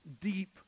deep